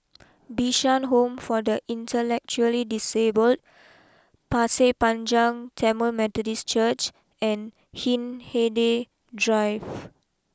Bishan Home for the Intellectually Disabled Pasir Panjang Tamil Methodist Church and Hindhede Drive